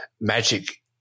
magic